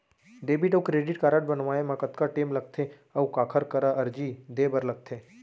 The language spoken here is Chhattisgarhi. डेबिट अऊ क्रेडिट कारड बनवाए मा कतका टेम लगथे, अऊ काखर करा अर्जी दे बर लगथे?